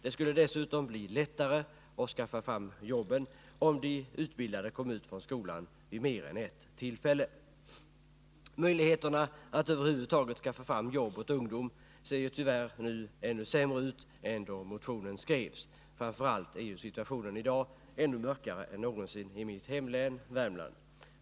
Det skulle dessutom bli lättare att skaffa fram jobb om de utbildade kom ut från skolan vid mer än ett tillfälle varje år. Möjligheterna att över huvud taget skaffa fram jobb åt ungdom ser ju tyvärr nu ännu mindre ut än då motionen skrevs. Framför allt är situationen i dag mörkare än någonsin i mitt hemlän, Värmland.